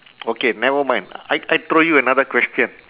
okay never mind I I throw you another question